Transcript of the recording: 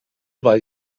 weil